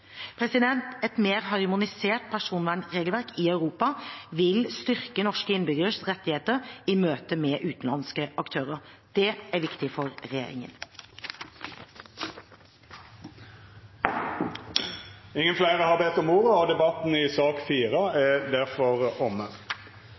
Et mer harmonisert personvernregelverk i Europa vil styrke norske innbyggeres rettigheter i møte med utenlandske aktører. Det er viktig for regjeringen. Fleire har ikkje bedt om ordet til sak nr. 4. Etter ønske frå kommunal- og